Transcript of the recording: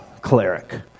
cleric